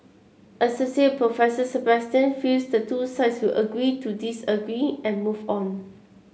assoc Professor Sebastian feels the two sides will agree to disagree and move on